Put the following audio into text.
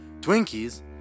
Twinkies